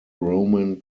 roman